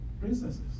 princesses